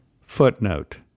Footnote